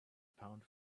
pound